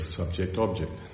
subject-object